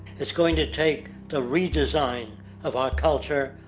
it's going to take the redesigning of our culture,